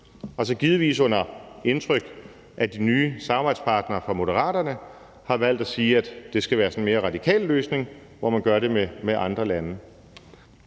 man givetvis under indtryk af de nye samarbejdspartnere fra Moderaterne valgt at sige, at det skal være sådan en mere radikal løsning, hvor man gør det med andre lande.